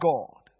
God